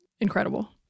incredible